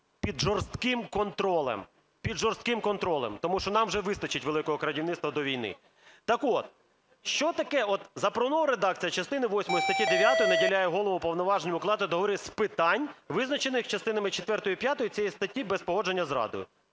під жорстким контролем. Тому що нам вже виставить "великого крадівництва" до війни. Так от, що таке: запропонована редакція частини восьмої статті 9 наділяє голову повноваженням укладати договори з питань, визначених частинами четвертою і п'ятою цієї статті, без погодження з радою?